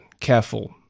careful